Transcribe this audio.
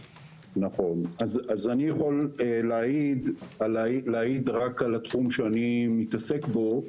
אז אני יכול להעיד רק על התחום שאני מתעסק בו,